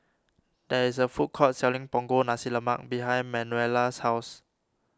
there is a food court selling Punggol Nasi Lemak behind Manuela's house